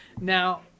now